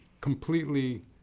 completely